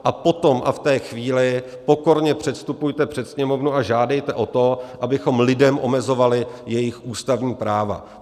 A potom a v té chvíli pokorně předstupujte před Sněmovnu a žádejte o to, abychom lidem omezovali jejich ústavní práva.